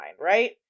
right